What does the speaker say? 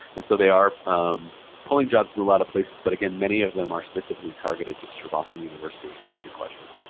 and so they are pulling jobs from a lot of places, but again, many of them are specifically targeted just for boston university. really good question.